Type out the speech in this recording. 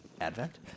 Advent